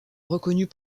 reconnus